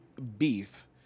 Beef